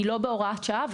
היא לא בהוראת שעה.